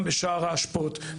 גם בשער האשפות,